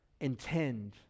intend